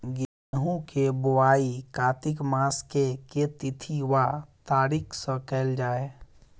गेंहूँ केँ बोवाई कातिक मास केँ के तिथि वा तारीक सँ कैल जाए?